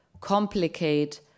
complicate